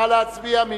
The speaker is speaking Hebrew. נא להצביע.